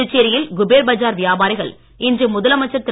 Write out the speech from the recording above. புதுச்சேரியில் குபேர் பஜார் வியாபாரிகள் இன்று முதலமைச்சர் திரு